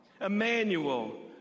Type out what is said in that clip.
Emmanuel